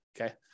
Okay